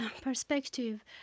perspective